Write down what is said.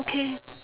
okay